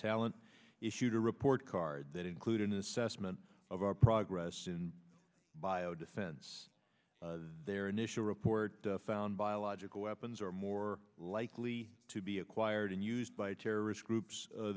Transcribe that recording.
talent issued a report card that included an assessment of our progress in bio defense their initial report found biological weapons are more likely to be acquired and used by terrorist groups